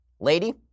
Lady